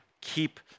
keep